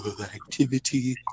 activity